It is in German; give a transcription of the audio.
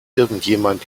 irgendjemand